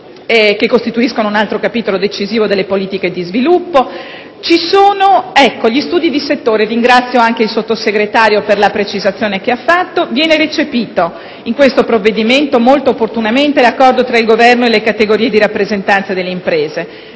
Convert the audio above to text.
che costituiscono un altro capitolo decisivo delle politiche di sviluppo. Ci sono gli studi di settore e, al riguardo, ringrazio il Sottosegretario per la precisazione che ha reso. Viene recepito in questo provvedimento molto opportunamente l'accordo tra il Governo e le categorie di rappresentanza delle imprese,